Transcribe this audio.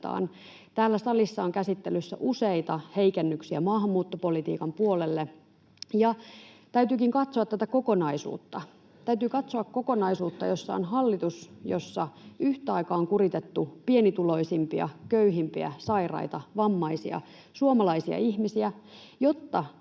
Täällä salissa on käsittelyssä useita heikennyksiä maahanmuuttopolitiikan puolelle. Täytyykin katsoa tätä kokonaisuutta. Täytyy katsoa kokonaisuutta, jossa on hallitus, jossa yhtä aikaa on kuritettu pienituloisimpia, köyhimpiä, sairaita, vammaisia, suomalaisia ihmisiä, jotta